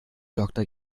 doktor